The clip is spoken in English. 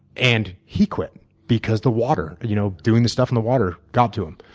and he quit because the water, you know doing the stuff in the water got to him.